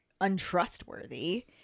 untrustworthy